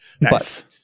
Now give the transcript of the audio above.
Nice